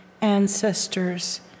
ancestors